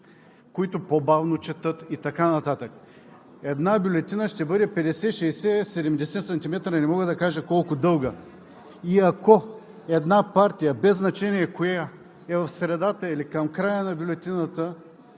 които по-бавно четат и така нататък. Една бюлетина ще бъде 50 – 60 – 70 сантиметра – не мога да кажа колко дълга, и ако една партия, без значение коя, е в средата или към края на бюлетината,